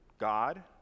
God